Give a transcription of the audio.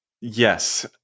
Yes